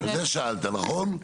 על זה שאלת, נכון?